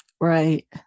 Right